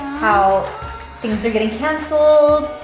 how things are getting canceled,